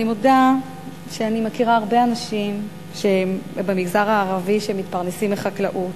אני מודה שאני מכירה הרבה אנשים במגזר הערבי שמתפרנסים מחקלאות,